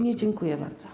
Nie, dziękuję bardzo.